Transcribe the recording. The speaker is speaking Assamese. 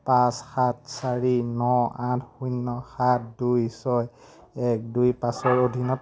পাঁচ সাত চাৰি ন আঠ শূন্য সাত দুই ছয় এক দুই পাঁচৰ অধীনত